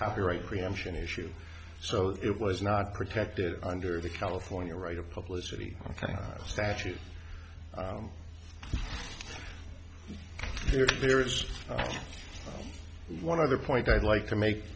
copyright preemption issue so it was not protected under the california right of publicity statute there is one other point i'd like to make